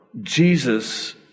Jesus